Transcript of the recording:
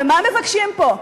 ומה מבקשים פה?